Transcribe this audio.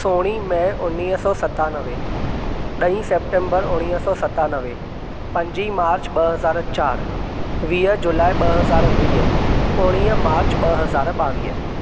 सोरहं मई उणिवीह सौ सतानवे ॾई सेंप्टेंबर उणिवीह सौ सतानवे पंज मार्च ॿ हज़ार चारि वीह जुलाए ॿ हज़ार वीह उणिवीह मार्च ॿ हज़ार ॿावीह